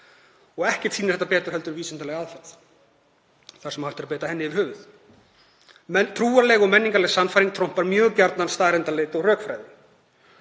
og ekkert sýnir það betur en vísindaleg aðferð, þar sem hægt er að beita henni yfir höfuð. Trúarleg og menningarleg sannfæring trompar mjög gjarnan staðreyndaleit og rökfræði